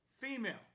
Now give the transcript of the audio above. female